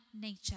nature